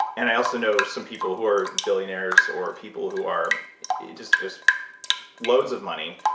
and i also know some people who are billionaires, or people who are just just loads of money,